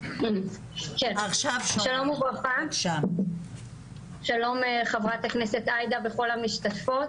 שלום, חברת הכנסת עאידה וכל המשתתפות.